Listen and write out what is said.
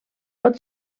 pot